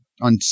on